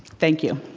thank you.